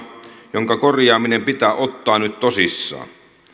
jonka korjaaminen pitää ottaa nyt tosissaan